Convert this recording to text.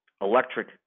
electric